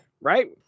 right